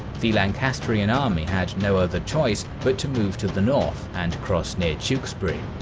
the lancastrian army had no other choice but to move to the north and cross near tewkesbury.